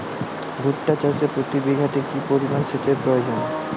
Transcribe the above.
ভুট্টা চাষে প্রতি বিঘাতে কি পরিমান সেচের প্রয়োজন?